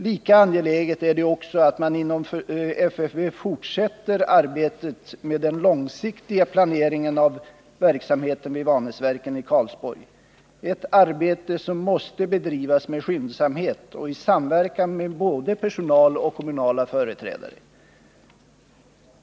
Lika angeläget är det också att man inom FFV fortsätter arbetet med den långsiktiga planeringen av verksamheten vid Vanäsverken i Karlsborg, ett arbete som måste bedrivas med skyndsamhet och i samverkan med både personal och kommunala företrädare.